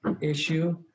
issue